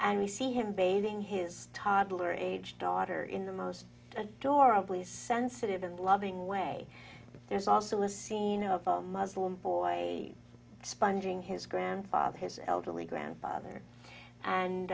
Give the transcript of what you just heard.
and we see him bathing his toddler age daughter in the most adorable sensitive and loving way there's also a scene of a muslim boy sponging his grandfather his elderly grandfather